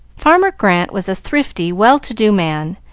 farmer grant was a thrifty, well-to-do man,